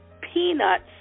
peanuts